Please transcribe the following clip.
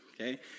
okay